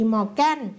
Morgan